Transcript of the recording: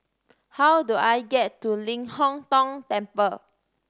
how do I get to Ling Hong Tong Temple